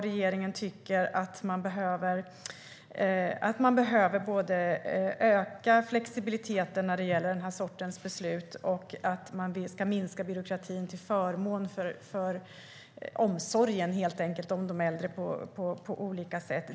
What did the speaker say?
Regeringen tycker att man både behöver öka flexibiliteten när det gäller den här sortens beslut och att man ska minska byråkratin till förmån för omsorgen om de äldre på olika sätt.